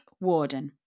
Warden